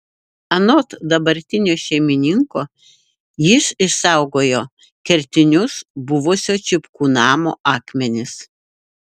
anot dabartinio šeimininko jis išsaugojo kertinius buvusio čipkų namo akmenis